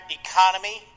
economy